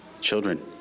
children